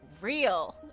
real